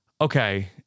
Okay